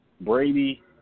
Brady